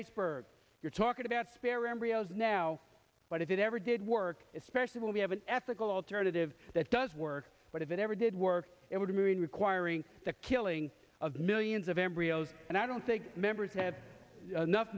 iceberg you're talking about spare embryos now but if it ever did work especially when we have an ethical alternative that does work but if it ever did work it would mean requiring the killing of millions of embryos and i don't think members ha